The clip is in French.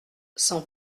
sans